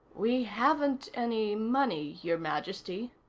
we haven't any money, your majesty,